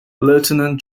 lieutenant